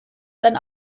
sein